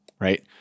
right